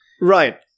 Right